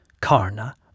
Karna